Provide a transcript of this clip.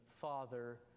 Father